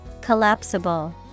Collapsible